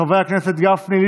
חברי הכנסת משה גפני,